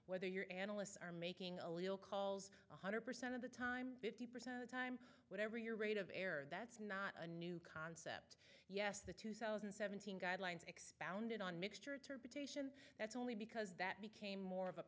whether your analysts are making a legal calls one hundred percent of the time fifty percent of the time whatever your rate of error that's not a new concept yes the two thousand and seventeen guidelines expounded on mixture turpitude that's only because that became